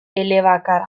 elebakar